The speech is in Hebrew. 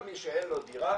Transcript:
כל מי שאין לו דירה,